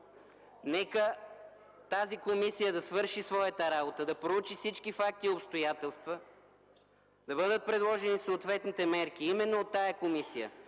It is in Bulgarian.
Нека тя да свърши своята работа, да проучи всички факти и обстоятелства, да бъдат предложени съответните мерки именно от тази комисия,